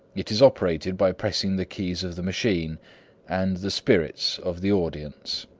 it is operated by depressing the keys of the machine and the spirits of the audience.